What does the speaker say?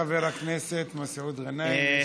חבר הכנסת מסעוד גנאים,